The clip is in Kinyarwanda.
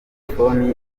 telefoni